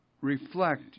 reflect